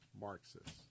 Marxists